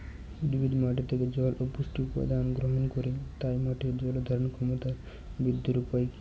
উদ্ভিদ মাটি থেকে জল ও পুষ্টি উপাদান গ্রহণ করে তাই মাটির জল ধারণ ক্ষমতার বৃদ্ধির উপায় কী?